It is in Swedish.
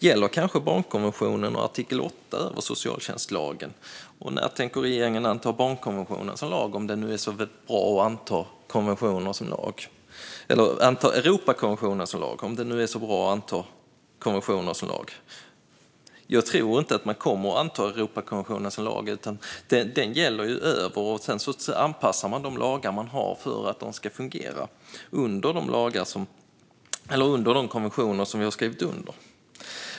Gäller kanske barnkonventionens artikel 8 över socialtjänstlagen? När tänker regeringen anta Europakonventionen som lag, om det nu är så bra att anta konventioner som lag? Jag tror inte att man kommer att anta Europakonventionen som lag, utan den gäller över allt och sedan anpassar man de lagar man har för att de ska fungera under de konventioner som vi har skrivit under.